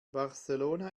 barcelona